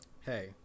Hey